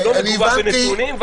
שהיא לא מגובה בנתונים.